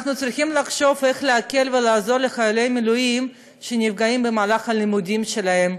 אנחנו צריכים לחשוב איך להקל על חיילי מילואים שנפגעים בלימודים שלהם,